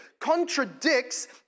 contradicts